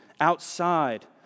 outside